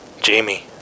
Jamie